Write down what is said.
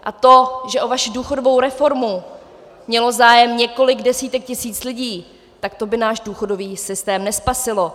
A to, že o vaši důchodovou reformu mělo zájem několik desítek tisíc lidí, tak to by náš důchodový systém nespasilo.